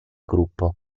gruppo